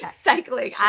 cycling